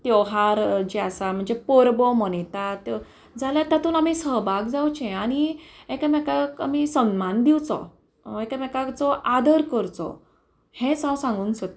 त्यौहार जे आसा म्हणजे परबो मनयतात जाल्या तातूंत आमी सहभाग जावचें आनी एकामेकाक आमी सन्मान दिवचो एकामेकाचो आदर करचो हेंच हांव सांगूंक सोदतां